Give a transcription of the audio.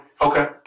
okay